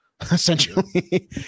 essentially